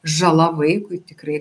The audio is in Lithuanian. žala vaikui tikrai